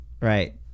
Right